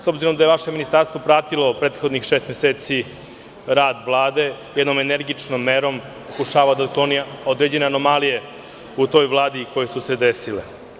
S obzirom da je vaše ministarstvo pratilo prethodnih šest meseci rad Vlade jednom energičnom merom, pokušavao da otkloni određene anomalije koje su se u toj Vladi desile.